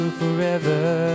forever